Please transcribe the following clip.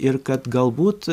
ir kad galbūt